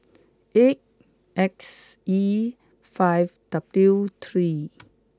eight X E five W three